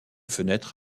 fenêtres